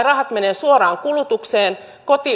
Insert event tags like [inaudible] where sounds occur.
[unintelligible] rahat menevät suoraan kulutukseen